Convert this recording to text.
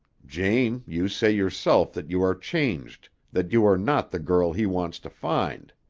jane, you say yourself that you are changed, that you are not the girl he wants to find.